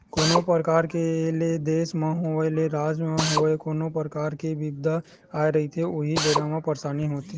कोनो परकार ले देस म होवय ते राज म होवय कोनो परकार के बिपदा आए रहिथे उही बेरा म परसानी होथे